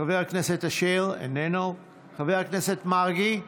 חבר הכנסת אשר, איננו, חבר הכנסת מרגי,